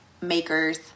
makers